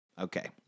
Okay